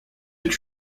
est